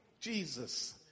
Jesus